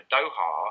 Doha